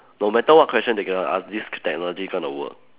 no matter what question they're going to ask this technology gonna work